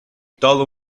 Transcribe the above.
todo